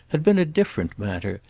had been a different matter,